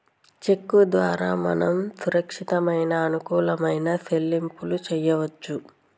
చెక్కు ద్వారా మనం సురక్షితమైన అనుకూలమైన సెల్లింపులు చేయవచ్చు